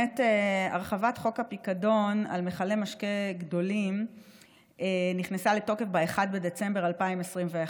הרחבת חוק הפיקדון על מכלי משקה גדולים נכנסה לתוקף ב-1 בדצמבר 2021,